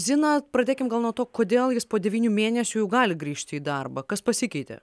zina pradėkim gal nuo to kodėl jis po devynių mėnesių jau gali grįžti į darbą kas pasikeitė